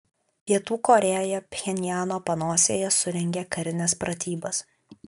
pietų korėja pchenjano panosėje surengė karines pratybas